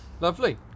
Lovely